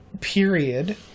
Period